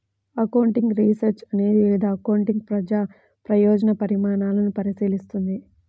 accounting research అనేది వివిధ accounting ప్రజా ప్రయోజన పరిణామాలను పరిశీలిస్తుంది